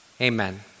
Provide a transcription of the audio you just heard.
Amen